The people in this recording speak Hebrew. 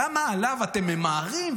למה אתם ממהרים?